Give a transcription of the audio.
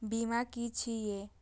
बीमा की छी ये?